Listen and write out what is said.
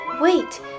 wait